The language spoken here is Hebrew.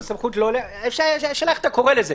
שאלה איך אתה לא קורא לזה.